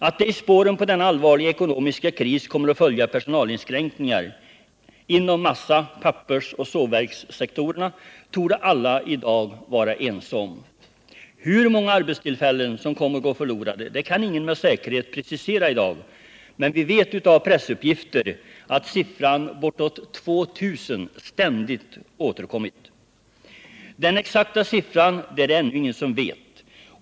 Att det i spåren på denna allvarliga ekonomiska kris kommer att följa personalinskränkningar inom massa-, pappersoch sågverkssektorn torde alla i dag vara ense om. Hur många arbetstillfällen som kommer att gå förlorade kan ingen med säkerhet precisera i dag, men vi vet av pressuppgifter att siffran bortåt 2 000 ständigt återkommit. Den exakta siffran är det ännu ingen som vet.